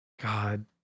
god